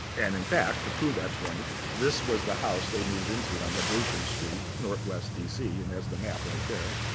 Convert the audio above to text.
and in fact, to prove that point, this was the house they moved into on ligation street, northwest dc, and there's the map right there.